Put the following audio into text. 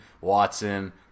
Watson